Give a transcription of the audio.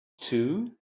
two